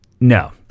No